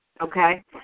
Okay